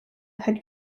had